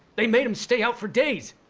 they made him stay out for days.